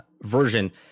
version